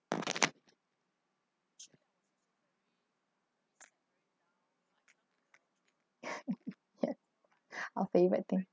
ya our favorite thing